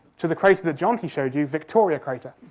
to the crater that jonty showed you, victoria crater.